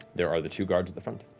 there are the two guards at the front.